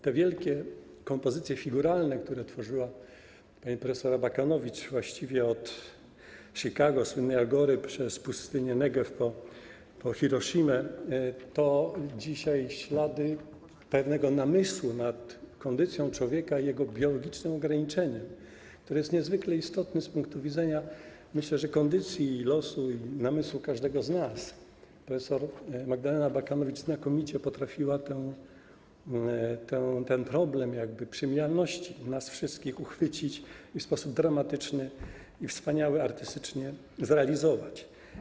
Te wielkie kompozycje figuralne, które tworzyła pani prof. Abakanowicz, właściwie od Chicago, słynnej Agory, przez pustynię Negew po Hiroszimę, to dzisiaj ślady pewnego namysłu nad kondycją człowieka, jego biologicznym ograniczeniem, które jest niezwykle istotne z punktu widzenia, myślę, kondycji i losu, i namysłu każdego z nas. Prof. Magdalena Abakanowicz znakomicie potrafiła ten problem jak gdyby przemijalności nas wszystkich uchwycić i w sposób dramatyczny i wspaniały artystycznie zrealizować.